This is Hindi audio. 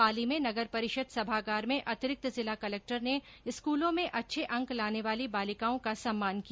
पाली में नगर परिषद सभागार में अतिरिक्त जिला कलेक्टर ने स्कूलों में अच्छे अंक लाने वाली बालिकाओं का सम्मान किया